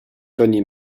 tony